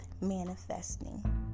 manifesting